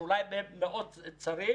השוליים בהם מאוד צרים.